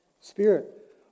Spirit